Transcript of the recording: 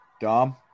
Dom